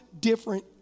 different